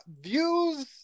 Views